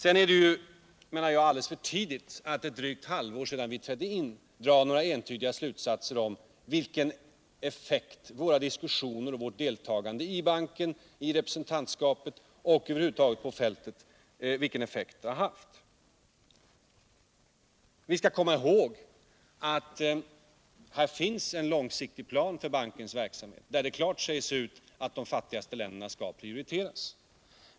Dessutom menar jag att det är alldeles för tidigt att drygt ett halvår efter det att vi trätt in i banken dra några entydiga slutsatser i frågan om vilken effekt våra diskussioner och vårt deltagande i banken, i representantskapet och över huvud taget ute på fältet har haft. Vi skall komma ihåg att det finns en långsiktig plan för bankens verksamhet, där det klart sägs ut att de fattigaste länderna skall prioriteras.